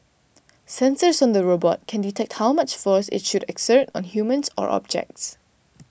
sensors on the robot can detect how much force it should exert on humans or objects